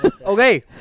Okay